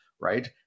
right